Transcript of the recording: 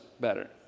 better